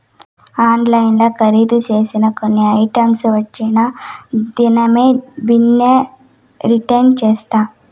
ఆన్లైన్ల కరీదు సేసిన కొన్ని ఐటమ్స్ వచ్చిన దినామే బిన్నే రిటర్న్ చేస్తా